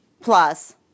plus